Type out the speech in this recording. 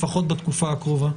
לפחות בתקופה הקרובה.